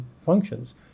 functions